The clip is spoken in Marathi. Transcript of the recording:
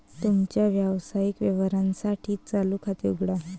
तुमच्या व्यावसायिक व्यवहारांसाठी चालू खाते उघडा